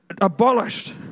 abolished